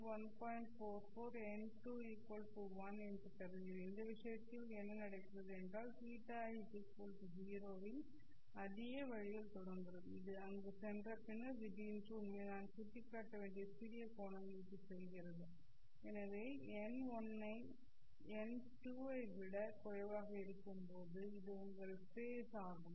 44 n2 1 என்று கருதுகிறேன் இந்த விஷயத்தில் என்ன நடக்கிறது என்றால் θ0 இல் அதே வழியில் தொடங்குகிறது அது அங்கு சென்றபின்னர் திடீரென்று உண்மையில் நான் சுட்டிக்காட்ட வேண்டிய சிறிய கோணங்களுக்கு செல்கிறது எனவே n1 n2 ஐ விட குறைவாக இருக்கும்போது இது உங்கள் ஃபேஸ் ஆகும்